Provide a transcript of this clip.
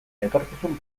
etorkizun